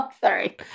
Sorry